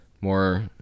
more